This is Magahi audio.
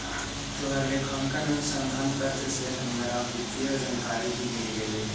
तोहर लेखांकन अनुसंधान पत्र से हमरा वित्तीय जानकारी भी मिल गेलई हे